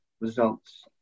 results